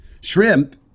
shrimp